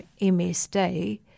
MSD